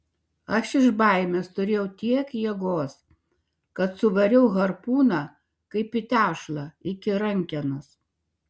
aš iš baimės turėjau tiek jėgos kad suvariau harpūną kaip į tešlą iki rankenos